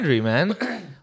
man